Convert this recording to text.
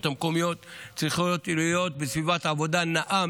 המקומיות צריכות להיות בסביבת עבודה נאה,